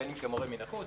בין אם כמורה מן החוץ,